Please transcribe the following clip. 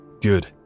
good